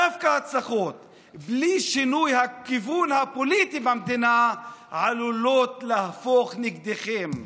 דווקא הצלחות בלי שינוי הכיוון הפוליטי במדינה עלולות להתהפך נגדכם.